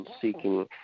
seeking